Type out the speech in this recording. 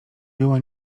była